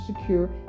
secure